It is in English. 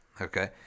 okay